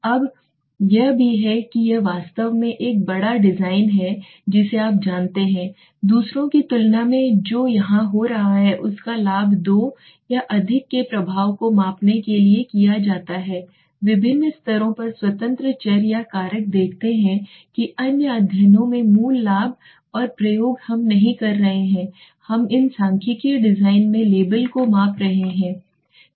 अब यह भी है कि यह वास्तव में एक बड़ा डिज़ाइन है जिसे आप जानते हैं दूसरों की तुलना में जो यहां हो रहा है उसका लाभ दो या अधिक के प्रभाव को मापने के लिए किया जाता है विभिन्न स्तरों पर स्वतंत्र चर या कारक देखते हैं कि अन्य अध्ययनों में मूल लाभ है और प्रयोग हम नहीं कर रहे हैं हम इन सांख्यिकीय डिजाइनों में लेबल को माप रहे थे